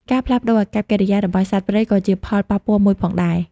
ការផ្លាស់ប្តូរអាកប្បកិរិយារបស់សត្វព្រៃ ក៏ជាផលប៉ះពាល់មួយផងដែរ។